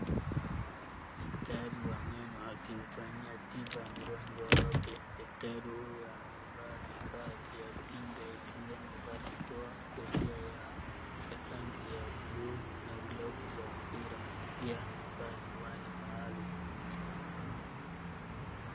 Daktari wa meno akimfanyia tiba mgonjwa wake. Daktari huyu amevaa vifaa vya kinga ikiwemo barakoa, kofia ya rangi ya bluu, na glavu za mpira , pia amevaa miwani maalumu.